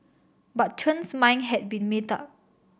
but Chen's mind had been made up